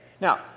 Now